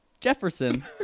jefferson